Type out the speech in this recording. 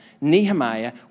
Nehemiah